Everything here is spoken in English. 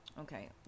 okay